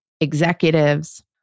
executives